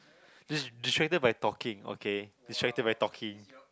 just distracted by talking okay distracted by talking